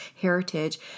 heritage